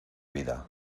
vida